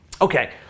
Okay